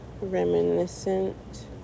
reminiscent